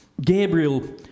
Gabriel